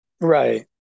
right